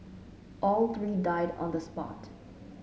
all three died on the spot